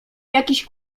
jakiś